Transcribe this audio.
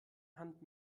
hand